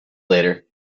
later